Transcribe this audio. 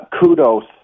Kudos